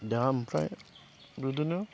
दा ओमफ्राय बिदिनो